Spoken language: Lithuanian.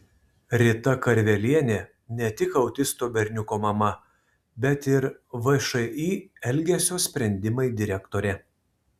rita karvelienė ne tik autisto berniuko mama bet ir všį elgesio sprendimai direktorė